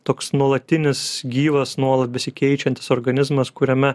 toks nuolatinis gyvas nuolat besikeičiantis organizmas kuriame